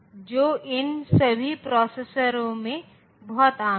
जो इन सभी प्रोसेसरों में बहुत आम है